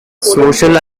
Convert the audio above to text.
social